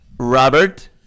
Robert